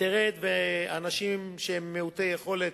תרד ולאנשים מעוטי יכולת